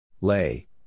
Lay